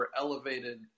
elevated